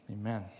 amen